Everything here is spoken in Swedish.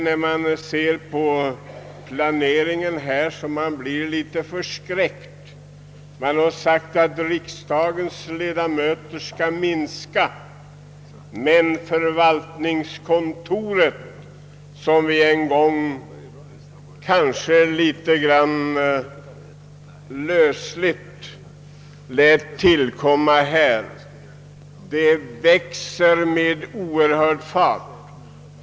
När jag studerat planeringen blir jag litet förskräckt. Det har sagts att antalet riksdagsledamöter skall minskas. Men förvaltningskontoret, som vi en gång — kanske litet grand lösligt — lät tillkomma, växer med oerhörd fart.